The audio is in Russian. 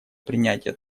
принятие